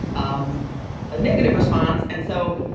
um a negative response. and so